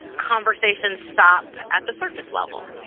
conversations stop at the surface level.